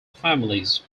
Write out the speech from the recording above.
families